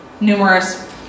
numerous